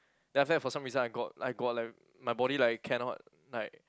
then after that for some reason I got I got like my body like cannot like